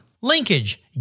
Linkage